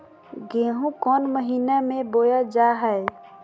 गेहूँ कौन महीना में बोया जा हाय?